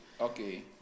okay